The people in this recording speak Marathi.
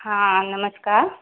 हां नमस्कार